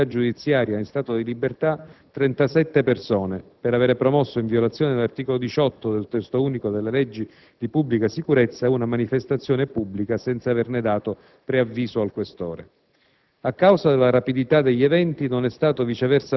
In relazione ai fatti, la Polizia di Stato ha segnalato all'autorità giudiziaria, in stato di libertà, 37 persone per avere promosso, in violazione dell'articolo 18 del Testo unico delle leggi di pubblica sicurezza, una manifestazione pubblica senza averne dato preavviso al questore.